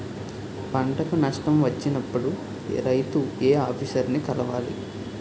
పంటకు నష్టం వచ్చినప్పుడు రైతు ఏ ఆఫీసర్ ని కలవాలి?